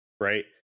Right